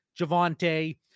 javante